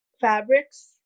Fabrics